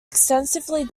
extensively